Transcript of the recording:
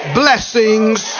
blessings